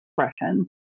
expression